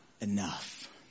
enough